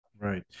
right